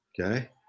Okay